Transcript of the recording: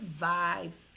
vibes